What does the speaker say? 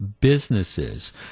businesses